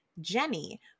Jenny